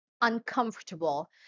uncomfortable